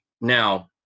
now